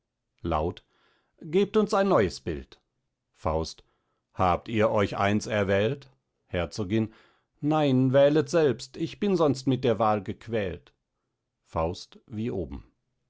laut gebt uns ein neues bild faust habt ihr euch eins erwählt herzogin nein wählet selbst ich bin sonst mit der wahl gequält faust wie oben